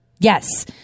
Yes